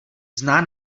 zná